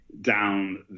down